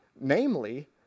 Namely